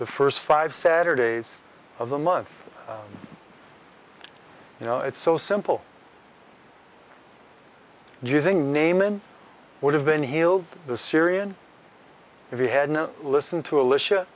the first five saturdays of the month you know it's so simple using naman would have been healed the syrian if he had no listen to alicia